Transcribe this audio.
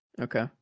Okay